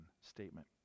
statement